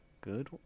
Good